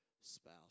spouse